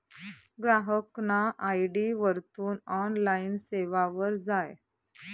ग्राहकना आय.डी वरथून ऑनलाईन सेवावर जाय